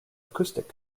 acoustic